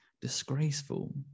disgraceful